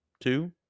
Two